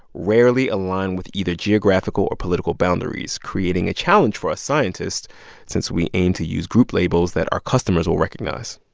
rarely align with either geographical or political boundaries, creating a challenge for us scientists since we aim to use group labels that our customers will recognize